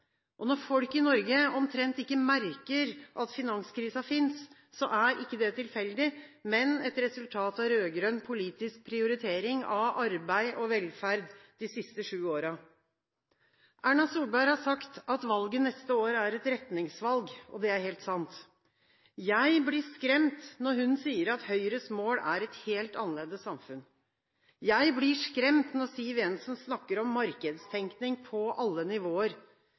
selv. Når folk i Norge omtrent ikke merker at finanskrisen finnes, er ikke det tilfeldig, men et resultat av rød-grønn politisk prioritering av arbeid og velferd de siste sju årene. Erna Solberg har sagt at valget neste år er et retningsvalg. Det er helt sant. Jeg blir skremt når hun sier at «Høyres mål er et helt annerledes samfunn». Jeg blir skremt når Siv Jensen snakker om «markedstenkning på alle nivåer».